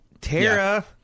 Tara